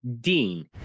Dean